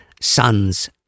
Sons